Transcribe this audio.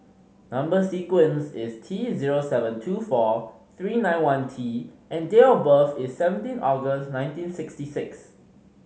number sequence is T zero seven two four three nine one T and date of birth is seventeen August nineteen sixty six